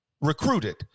recruited